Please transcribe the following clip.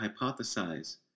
hypothesize